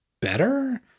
better